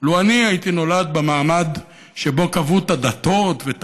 לו אני הייתי נולד במעמד שבו קבעו את הדתות ואת